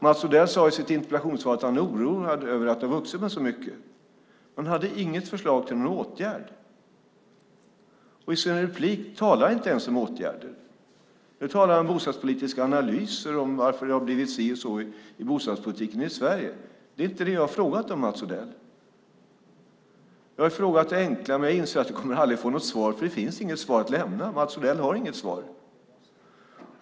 Mats Odell sade i sitt interpellationssvar att han är oroad över att den har vuxit så mycket, men han hade inget förslag till någon åtgärd. Och i sitt inlägg talar han inte ens om åtgärder. Där talar han om bostadspolitiska analyser och om varför det har blivit si och så i bostadspolitiken i Sverige. Det är inte det jag har frågat om, Mats Odell. Jag har ställt en enkel fråga, men jag inser att jag aldrig kommer att få något svar, för det finns inget svar att lämna. Mats Odell har inget svar.